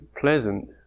pleasant